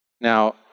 Now